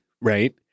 Right